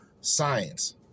science